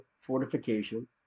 Fortification